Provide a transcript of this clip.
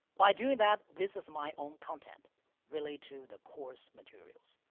by doing that, this is my own content related to the course materials.